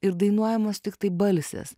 ir dainuojamos tiktai balsės